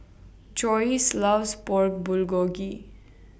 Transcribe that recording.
Joyce loves Pork Bulgogi